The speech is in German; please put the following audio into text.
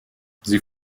sie